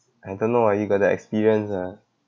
I don't know ah you got the experience ah